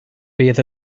bydd